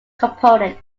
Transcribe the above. component